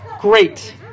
Great